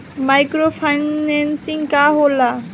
Micro financing का होला?